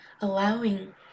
allowing